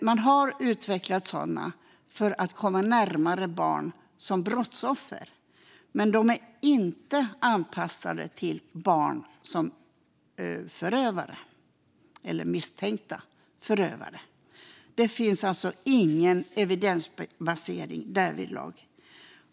Det har utvecklats sådana för att komma närmare barn som brottsoffer, men de är inte anpassade till barn som misstänkta förövare. Det finns alltså ingen evidensbasering därvidlag.